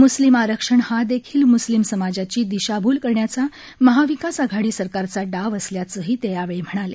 म्स्लिम आरक्षण हा देखील म्स्लिम समाजाची दिशाभूल करण्याचा महाविकास आघाडी सरकारचा डाव असल्याचेही ते यावेळी म्हणाले